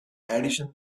addition